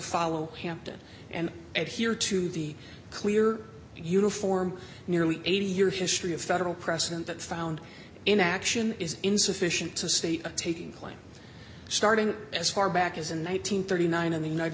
follow hampton and add here to the clear uniform nearly eighty year history of federal precedent that found in action is insufficient to state a taking place starting as far back as in one thousand and thirty nine in the united